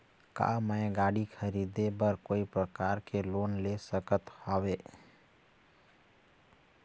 का मैं गाड़ी खरीदे बर कोई प्रकार के लोन ले सकत हावे?